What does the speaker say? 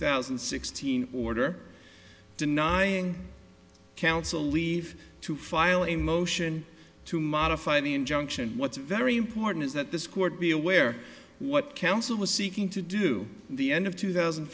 thousand and sixteen order denying counsel leave to file a motion to modify the injunction what's very important is that this court be aware what council was seeking to do the end of two thousand